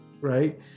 right